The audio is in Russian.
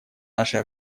нашей